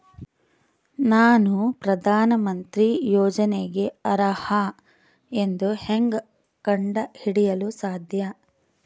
ನಾನು ಪ್ರಧಾನ ಮಂತ್ರಿ ಯೋಜನೆಗೆ ಅರ್ಹ ಎಂದು ಹೆಂಗ್ ಕಂಡ ಹಿಡಿಯಲು ಸಾಧ್ಯ?